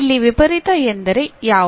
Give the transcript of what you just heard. ಇಲ್ಲಿ ವಿಪರೀತ ಎಂದರೆ ಯಾವುದು